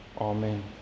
Amen